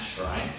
right